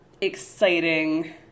exciting